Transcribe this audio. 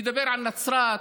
נדבר על נצרת,